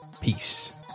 Peace